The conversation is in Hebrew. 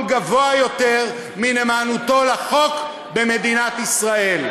גבוה יותר מנאמנותו לחוק במדינת ישראל.